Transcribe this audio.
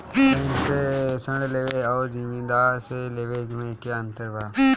Bank से ऋण लेवे अउर जमींदार से लेवे मे का अंतर बा?